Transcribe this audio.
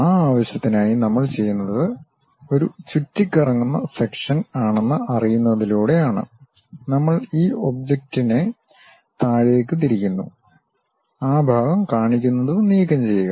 ആ ആവശ്യത്തിനായി നമ്മൾ ചെയ്യുന്നത് ഒരു ചുറ്റിക്കറങ്ങുന്ന സെക്ഷൻ ആണെന്ന് അറിയുന്നതിലൂടെയാണ് നമ്മൾ ഈ ഒബ്ജക്റ്റിനെ താഴേക്ക് തിരിക്കുന്നു ആ ഭാഗം കാണിക്കുന്നത് നീക്കംചെയ്യുക